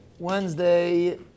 Wednesday